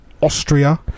Austria